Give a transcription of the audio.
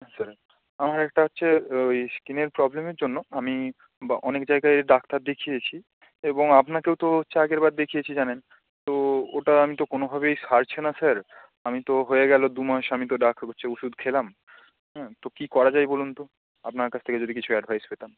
আচ্ছা আমার একটা হচ্ছে ওই স্কিনের প্রবলেমের জন্য আমি বা অনেক জায়গায় ডাক্তার দেখিয়েছি এবং আপনাকেও তো হচ্ছে আগেরবার দেখিয়েছি জানেন তো ওটা আমি তো কোনোভাবেই সারছে না স্যার আমি তো হয়ে গেল দুমাস আমি তো হচ্ছে ওষুধ খেলাম হ্যাঁ তো কী করা যায় বলুন তো আপনার কাছ থেকে যদি কিছু অ্যাডভাইস পেতাম